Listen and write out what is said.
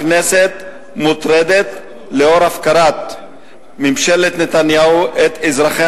הכנסת מוטרדת מהפקרת ממשלת נתניהו את אזרחי